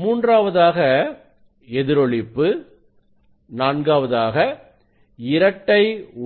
மூன்றாவதாக எதிரொளிப்பு நான்காவதாக இரட்டை